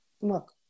look